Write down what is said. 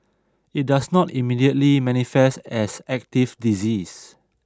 it does not immediately manifest as active disease